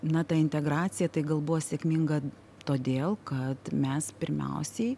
na ta integracija tai gal buvo sėkminga todėl kad mes pirmiausiai